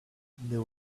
there